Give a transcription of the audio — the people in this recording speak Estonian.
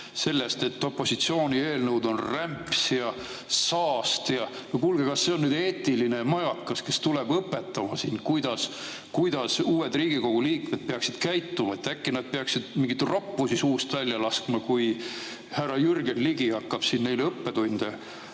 sellest, et opositsiooni eelnõud on rämps ja saast – no kuulge, kas see on eetiline majakas, kes tuleb õpetama, kuidas uued Riigikogu liikmed peaksid käituma? Äkki nad peaksid mingeid roppusi suust välja laskma? Härra Jürgen Ligi hakkab siin ju neile õppetunde